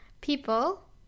people